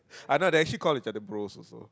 I know they actually call each other bros also